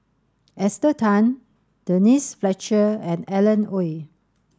Esther Tan Denise Fletcher and Alan Oei